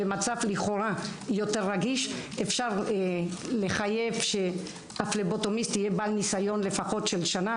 במצב יותר רגיש אפשר לחייב שהפבלוטומיסט יהיה בעל ניסיון של שנה,